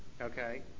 okay